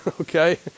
okay